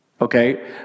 Okay